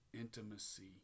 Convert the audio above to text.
intimacy